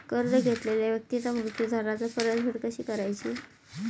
कर्ज घेतलेल्या व्यक्तीचा मृत्यू झाला तर परतफेड कशी करायची?